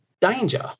danger